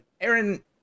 Aaron